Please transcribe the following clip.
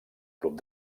club